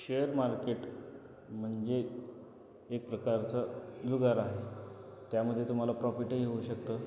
share market म्हणजे एक प्रकारचा जुगार आहे त्यामध्ये तुम्हाला प्रॉफिटही होऊ शकतं